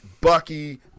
Bucky